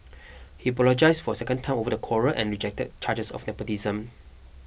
he apologised for a second time over the quarrel and rejected charges of nepotism